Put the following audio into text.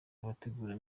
abategura